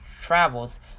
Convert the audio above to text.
travels